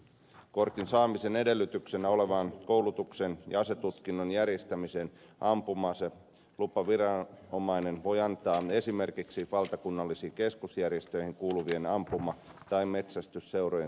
kortin saamisen edellytyksenä olevan koulutuksen ja asetutkinnon järjestämisen ampuma aselupaviranomainen voi antaa esimerkiksi valtakunnallisiin keskusjärjestöihin kuuluvien ampuma tai metsästysseurojen tehtäväksi